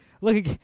look